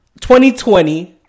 2020